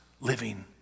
living